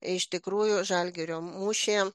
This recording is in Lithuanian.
iš tikrųjų žalgirio mūšyje